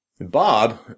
Bob